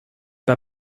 pas